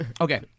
Okay